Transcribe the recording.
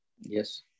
yes